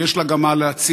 ויש לה גם מה להציע,